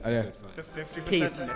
Peace